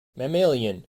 mammalian